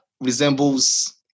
resembles